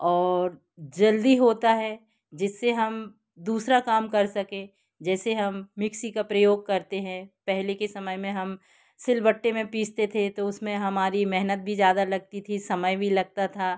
और जल्दी होता है जिससे हम दूसरा काम कर सकें जैसे हम मिक्सी का प्रयोग करते हैं पहले के समय में हम सिलबट्टे में पीसते थे तो उसमें हमारी मेहनत भी ज़्यादा लगती थी समय भी लगता था